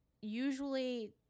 usually